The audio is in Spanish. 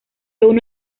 uno